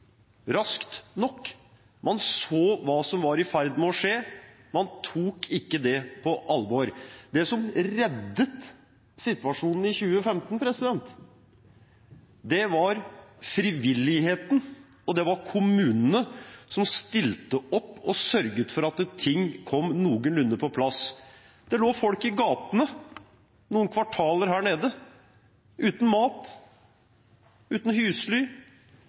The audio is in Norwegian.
raskt nok. Man så hva som var i ferd med å skje, man tok det ikke på alvor. Det som reddet situasjonen i 2015, var frivilligheten, og det var kommunene som stilte opp og sørget for at ting kom noenlunde på plass. Det lå folk i gatene noen kvartaler unna her uten mat og uten husly.